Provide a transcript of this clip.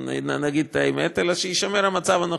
נגיד את האמת, אלא שיישמר המצב הנוכחי.